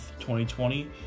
2020